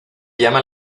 llama